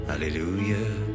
Hallelujah